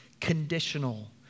Conditional